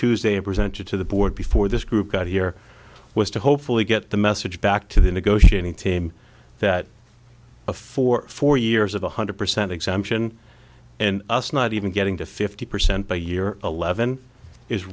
tuesday presented to the board before this group got here was to hopefully get the message back to the negotiating team that a four four years of one hundred percent exemption and us not even getting to fifty percent by year eleven is